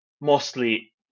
mostly